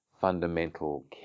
fundamental